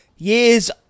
Years